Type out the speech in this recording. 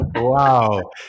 wow